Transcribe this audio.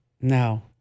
No